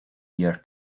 year